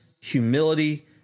humility